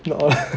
you on